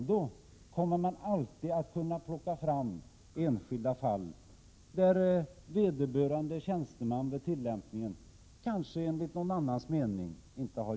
Det kommer alltid att kunna plockas fram enskilda fall där vederbörande tjänsteman vid tillämpningen inte har gjort helt rätt, enligt någon annans mening.